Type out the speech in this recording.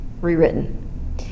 rewritten